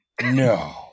No